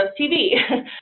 TV